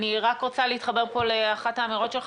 אני רוצה להתחבר לאחת האמירות שלך,